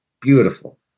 beautiful